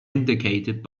indicated